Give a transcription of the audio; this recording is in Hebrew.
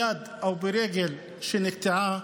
יד או רגל שנקטעה,